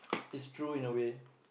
it's true in a way